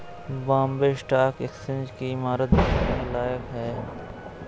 Bombay stock exchange की इमारत देखने लायक है